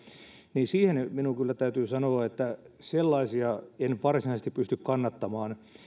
niin siihen minun kyllä täytyy sanoa että sellaisia en varsinaisesti pysty kannattamaan